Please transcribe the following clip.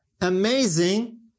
amazing